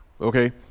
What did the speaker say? okay